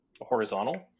horizontal